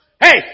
hey